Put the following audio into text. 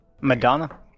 Madonna